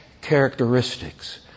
characteristics